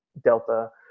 delta